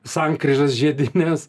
sankryžas žiedines